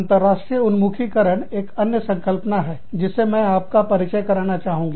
अंतर्राष्ट्रीय उन्मुखीकरण एक अन्य संकल्पना है जिससे मैं आपका परिचय कराना चाहूँगी